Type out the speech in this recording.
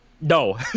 No